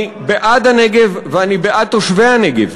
אני בעד הנגב ואני בעד תושבי הנגב.